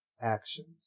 actions